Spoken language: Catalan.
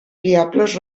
viables